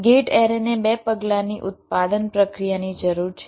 gate એરેને બે પગલાંની ઉત્પાદન પ્રક્રિયાની જરૂર છે